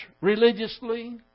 religiously